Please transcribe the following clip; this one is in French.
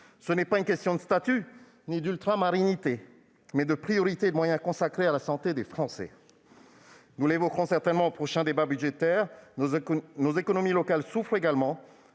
C'est non pas une question de statut ou d'« ultramarinité », mais de priorité et de moyens consacrés à la santé des Français. Nous l'évoquerons certainement lors du prochain débat budgétaire : nos économies locales souffrent également.